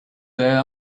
there